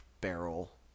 barrel